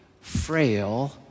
frail